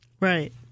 Right